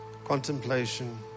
Contemplation